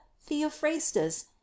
theophrastus